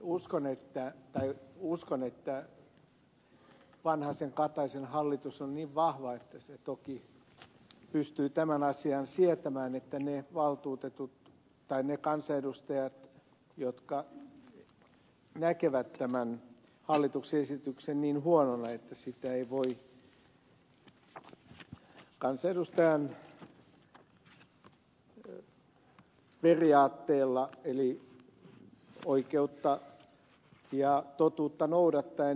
uskon että vanhasenkataisen hallitus on niin vahva että se toki pystyy sietämään sen että on hallituspuolueiden kansanedustajia jotka näkevät tämän hallituksen esityksen niin huonona että sitä ei voi kansanedustajan periaatteella eli oikeutta ja totuutta noudattaen hyväksyä